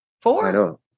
four